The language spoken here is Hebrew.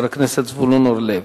חבר הכנסת זבולון אורלב.